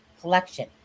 collection